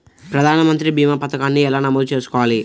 ప్రధాన మంత్రి భీమా పతకాన్ని ఎలా నమోదు చేసుకోవాలి?